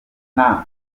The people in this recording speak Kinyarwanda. nta